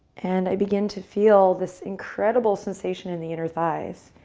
and i begin to feel this incredible sensation in the inner thighs.